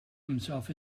himself